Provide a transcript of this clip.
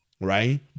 right